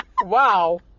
Wow